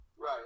Right